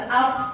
up